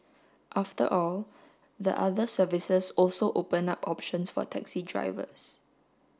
after all the other services also open up options for taxi drivers